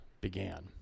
began